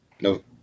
No